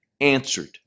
answered